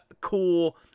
cool